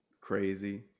crazy